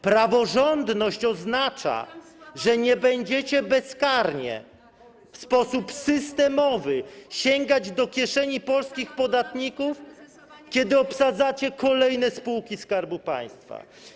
Praworządność oznacza, że nie będziecie bezkarnie, w sposób systemowy, sięgać do kieszeni polskich podatników, kiedy obsadzacie kolejne spółki Skarbu Państwa.